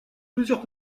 plusieurs